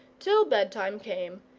till bedtime came,